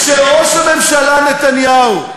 כשראש הממשלה נתניהו,